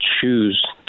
choose